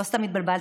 לא סתם התבלבלת,